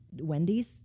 wendy's